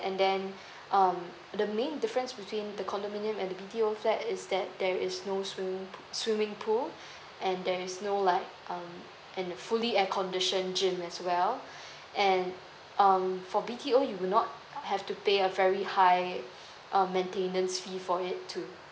and then um the main difference between the condominium and the B_T_O flat is that there is no swimming poo~ swimming pool and there's no like um the fully air condition gym as well and um for B_T_O you will not have to pay a very high um maintenance fee for it too